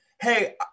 hey